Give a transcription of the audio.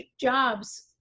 jobs